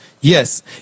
Yes